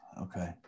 okay